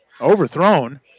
overthrown